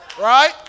right